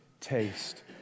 Taste